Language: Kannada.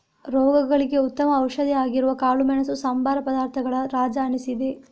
ರೋಗಗಳಿಗೆ ಉತ್ತಮ ಔಷಧಿ ಆಗಿರುವ ಕಾಳುಮೆಣಸು ಸಂಬಾರ ಪದಾರ್ಥಗಳ ರಾಜ ಅನಿಸಿದೆ